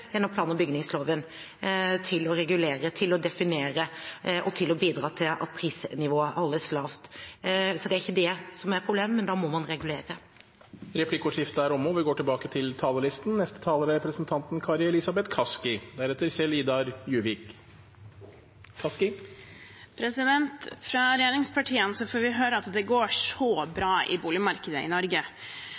gjennom plan- og bygningsloven til å regulere, til å definere og til å bidra til at prisnivået holdes lavt. Så det er ikke det som er problemet, men da må man regulere. Replikkordskiftet er omme. De talere som heretter får ordet, har en taletid på inntil 3 minutter. Fra regjeringspartiene får vi høre at det går så bra i boligmarkedet i Norge,